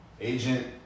Agent